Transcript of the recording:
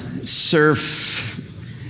surf